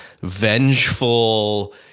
vengeful